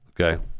Okay